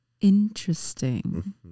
Interesting